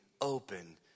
open